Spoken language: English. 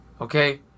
Okay